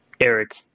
Eric